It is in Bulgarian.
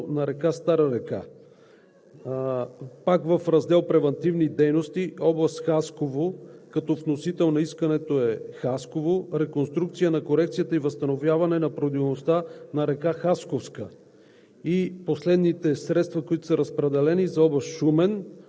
област е вносител Етрополе за корекция на коритото на река Стара река. Пак в раздел „Превантивни дейности“ от област Хасково Хасково е вносител на искането за реконструкция на корекцията и възстановяване на проводимостта на река Хасковска.